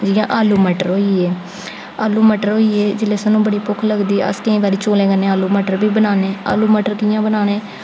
जि'यां आलू मटर होइये आलू मटर होइये जेल्लै सानूं बड़ी भुक्ख लगदी अस केईं बारी चोलें कन्नै आलू मटर बी बनाने आलू मटर कि'यां बनाने